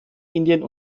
indien